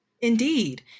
Indeed